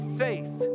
faith